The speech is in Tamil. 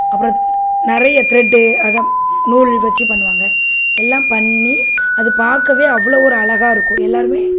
அப்புறம் த நிறைய த்ரெட்டு அதான் நூல் வச்சி பண்ணுவாங்க எல்லாம் பண்ணி அது பார்க்கவே அவ்வளோ ஒரு அழகா இருக்கும் எல்லாருமே